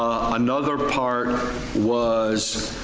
another part was.